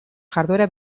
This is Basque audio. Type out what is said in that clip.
jarduera